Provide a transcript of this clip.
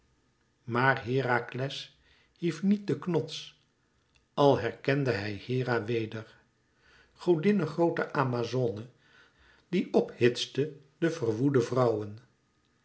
maar herakles hief niet den knots al herkende hij hera weder godinne groote amazone die op hitste de verwoede vrouwen